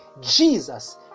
Jesus